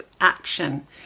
action